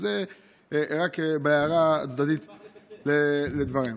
אז זו רק הערה צדדית לדברים.